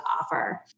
offer